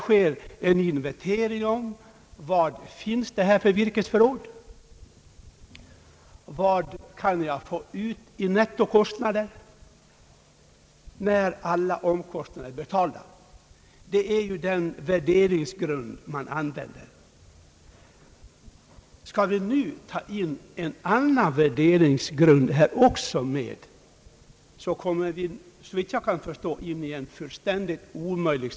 Man inventerar alltså virkesförrådet och bedömer den troliga nettobehållningen sedan alla omkostnader blivit betalda. Detta är ju den värderingsgrund man använder. Skall vi nu också ta in en annan värderingsgrund blir situationen, såvitt jag kan förstå, alldeles omöjlig.